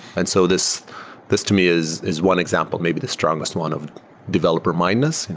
and so this this to me is is one example, maybe the strongest one of developer mindness.